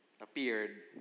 appeared